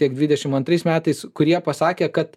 tiek dvidešim antrais metais kurie pasakė kad